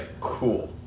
cool